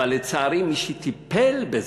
אבל לצערי מי שטיפל בזה,